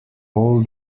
all